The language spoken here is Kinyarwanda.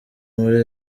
muri